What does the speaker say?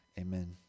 Amen